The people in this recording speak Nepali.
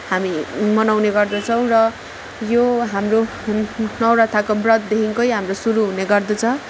हामी मनाउने गर्दछौँ र यो हाम्रो नौरथाको व्रतदेखिकै हाम्रो सुरू हुने गर्दछ